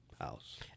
house